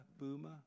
boomer